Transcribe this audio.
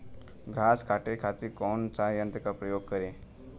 घास काटे खातिर कौन सा यंत्र का उपयोग करें?